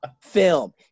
film